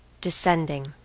Descending